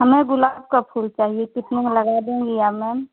हमें गुलाब का फूल चाहिए कितने में लगा देंगी आप मैम